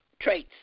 traits